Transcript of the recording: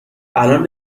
الان